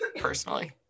personally